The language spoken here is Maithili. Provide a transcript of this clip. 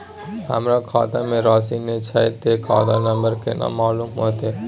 हमरा खाता में राशि ने छै ते खाता नंबर केना मालूम होते?